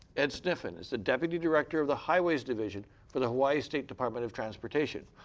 ed sniffen is the deputy director of the highways division for the hawai'i state department of transportation.